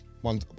one